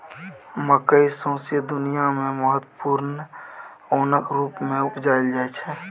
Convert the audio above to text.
मकय सौंसे दुनियाँ मे महत्वपूर्ण ओनक रुप मे उपजाएल जाइ छै